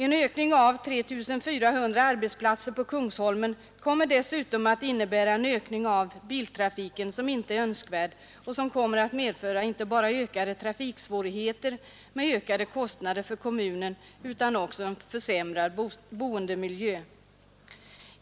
En ökning med 3 400 arbetsplatser på Kungsholmen kommer dessutom att innebära en tillväxt av biltrafiken som inte är önskvärd och som kommer att medföra inte bara större trafiksvårigheter med ytterligare kostnader för kommunen, utan också en försämrad boendemiljö.